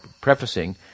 prefacing